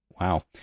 Wow